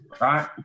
Right